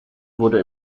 wurde